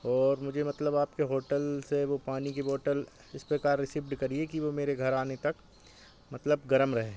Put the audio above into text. और मुझे मतलब आपके होटल से वह पानी की बोटल इस प्रकार रीसीप्ड करिए कि वह मेरे घर आने तक मतलब गर्म रहे